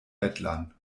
bettlern